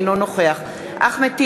אינו נוכח אחמד טיבי,